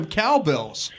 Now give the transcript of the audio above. cowbells